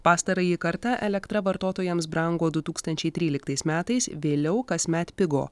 pastarąjį kartą elektra vartotojams brango du tūkstančiai tryliktaisais metais vėliau kasmet pigo